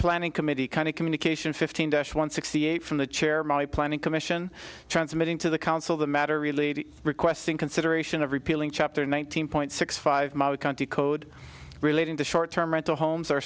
planning committee kind of communication fifteen dash one sixty eight from the chair my planning commission transmitting to the council the matter really requesting consideration of repealing chapter nineteen point six five county code relating to short term rental homes or